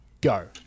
go